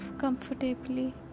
comfortably